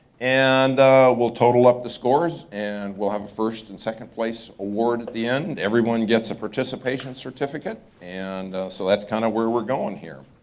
and we'll total up the scores, and we'll have a first and second place award at the end. everyone gets a participation certificate. and so that's kinda where we're going here.